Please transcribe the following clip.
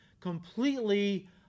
completely